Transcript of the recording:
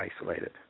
isolated